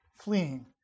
Fleeing